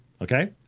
okay